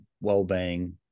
well-being